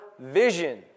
vision